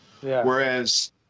Whereas